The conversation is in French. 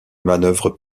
manœuvres